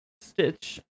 Stitch